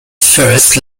first